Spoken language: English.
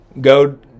Go